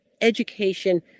education